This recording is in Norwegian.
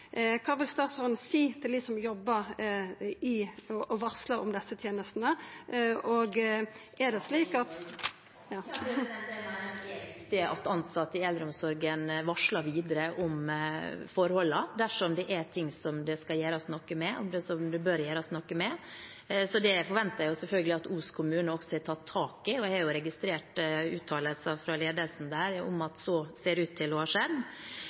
Kva vil statsråden seia til dei som jobbar i og varslar om desse tenestene? Jeg mener det er viktig at ansatte i eldreomsorgen varsler videre om forholdene dersom det er noe det skal eller bør gjøres noe med. Jeg forventer selvfølgelig at Os kommune tar tak i dette. Jeg har registrert uttalelser fra ledelsen der om at så ser ut til å